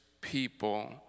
people